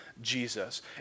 Jesus